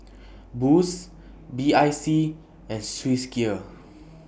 Boost B I C and Swissgear